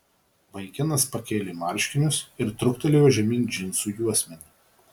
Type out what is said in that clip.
vaikinas pakėlė marškinius ir truktelėjo žemyn džinsų juosmenį